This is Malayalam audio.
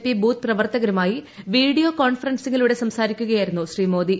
പി ബൂത്ത് പ്രവർത്തകരുമായി വീഡിയോ കോൺഫറൻസിംഗിലൂടെ സംസാരിക്കുകയായിരുന്നു ശ്രീ മോദി